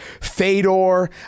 Fedor